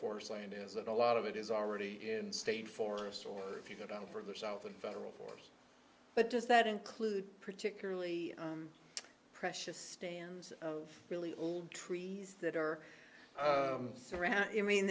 land is that a lot of it is already in state forests or if you go down further south in federal force but does that include particularly precious stands of really old trees that are around you mean